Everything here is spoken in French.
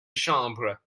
chambre